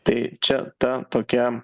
tai čia ta tokia